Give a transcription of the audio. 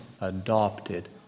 adopted